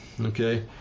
okay